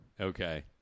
Okay